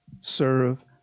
serve